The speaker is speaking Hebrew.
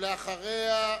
ואחריה,